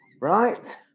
right